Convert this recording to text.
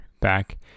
Back